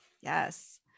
yes